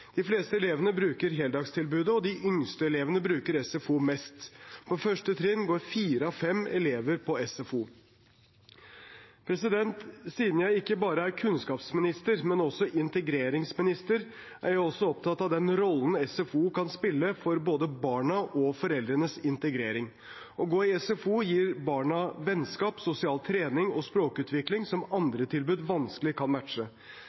De fleste elevene bruker heldagstilbudet, og de yngste elevene bruker SFO mest. På 1. trinn går fire av fem elever i SFO. Siden jeg ikke bare er kunnskapsminister, men også integreringsminister, er jeg også opptatt av den rollen SFO kan spille for både barna og foreldrenes integrering. Å gå i SFO gir barna vennskap, sosial trening og språkutvikling som andre tilbud vanskelig kan matche.